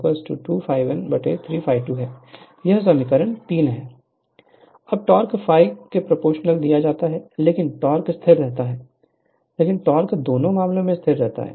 Refer Slide Time 2312 अब torque ∅∅ के proportional दिया जाता है लेकिन टोक़ स्थिर रहता है लेकिन टोक़ दोनों मामलों में स्थिर रहता है